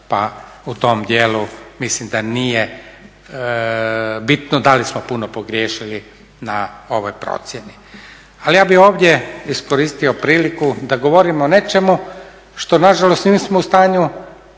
pa u tom dijelu mislim da nije bitno da li smo puno pogriješili na ovoj procjeni. Ali ja bih ovdje iskoristio priliku da govorim o nečemu što na žalost nismo u stanju